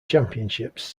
championships